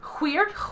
Weird